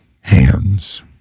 hands